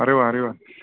अरे वाह अरे वाह